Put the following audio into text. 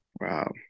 Wow